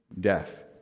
death